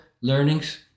learnings